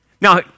now